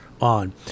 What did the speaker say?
on